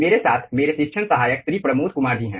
मेरे साथ मेरे शिक्षण सहायक श्री प्रमोद कुमार जी हैं